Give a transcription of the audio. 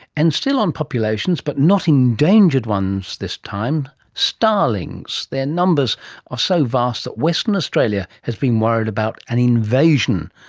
and still on populations but not endangered ones this time starlings. their numbers are so vast that western australia has been worried about an invasion.